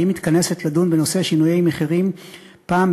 והיא מתכנסת לדון בנושא שינויי מחירים אחת